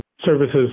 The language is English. Services